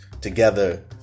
together